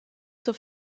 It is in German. zur